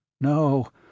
No